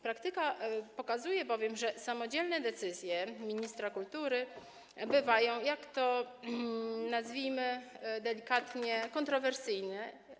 Praktyka pokazuje bowiem, że samodzielnie decyzje ministra kultury bywają, nazwijmy to delikatnie, kontrowersyjne.